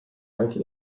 anche